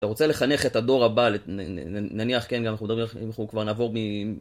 אתה רוצה לחנך את הדור הבא, נניח כן גם, אנחנו נדבר חינוך... כבר נעבור מ...